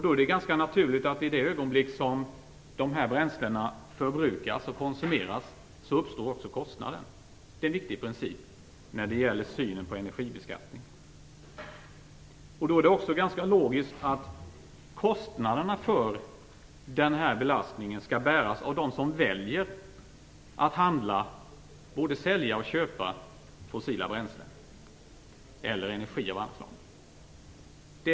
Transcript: Då är det ganska naturligt att det uppstår kostnader i det ögonblick som dessa bränslen förbrukas och konsumeras. Detta är en viktig princip när det gäller synen på energibeskattning. Därför är det ganska logiskt att kostnaderna för belastningen skall bäras av dem som väljer att både köpa och sälja fossila bränslen eller energi av annat slag.